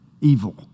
evil